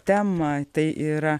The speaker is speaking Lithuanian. temą tai yra